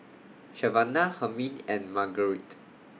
Savanah Hermine and Margarite